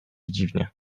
dziwnie